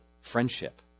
friendship